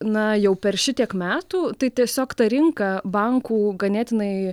na jau per šitiek metų tai tiesiog ta rinka bankų ganėtinai